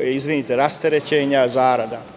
rasterećenja zarada.